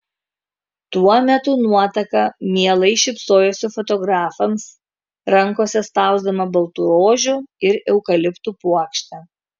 tuo metu nuotaka mielai šypsojosi fotografams rankose spausdama baltų rožių ir eukaliptų puokštę